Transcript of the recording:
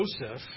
Joseph